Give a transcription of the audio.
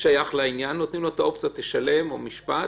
שייך לעניין נותנים לו את האופציה לשלם או משפט,